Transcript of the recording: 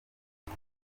ngo